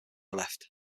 left